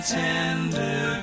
tender